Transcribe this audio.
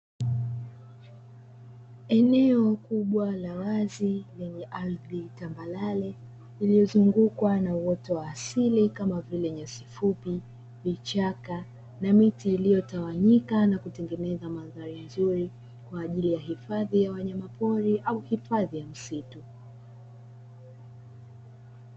Eneo kubwa la wazi lenye ardhi tambalare, lililo zungukwa na uoto wa asili kama vile nyasi fupi, vichaka na miti iliyo tawanyika na kutengeneza mandhari nzuri kwa ajili ya hifadhi ya wanyama pori au hifadhi ya misitu.